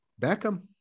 beckham